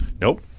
Nope